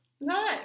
Nice